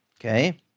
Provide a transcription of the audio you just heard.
okay